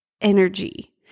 energy